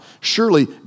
Surely